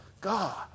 God